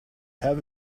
have